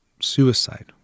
Suicide